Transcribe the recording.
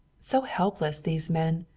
so helpless these men!